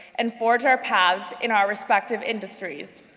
and forge our paths in our respective industries.